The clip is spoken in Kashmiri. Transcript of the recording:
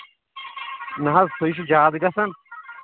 نہ حظ سُے چھُ زیادٕ گژھان